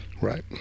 Right